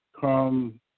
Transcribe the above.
come